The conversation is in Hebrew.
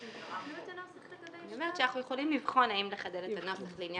אז אתם תתקנו את הנוסח לגבי דבריו?